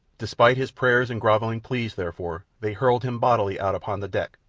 despite his prayers and grovelling pleas, therefore, they hurled him bodily out upon the deck,